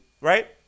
right